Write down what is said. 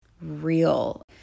real